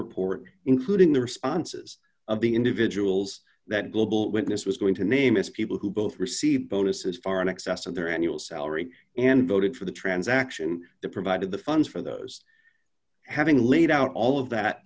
report including the responses of the individuals that global witness was going to name is people who both received bonuses far in excess of their annual salary and voted for the transaction to provide the funds for those having laid out all of that